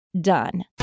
done